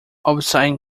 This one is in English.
obsidian